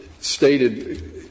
stated